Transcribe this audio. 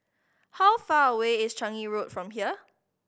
how far away is Changi Road from here